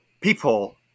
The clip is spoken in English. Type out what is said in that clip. people